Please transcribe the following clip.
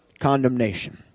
condemnation